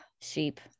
Sheep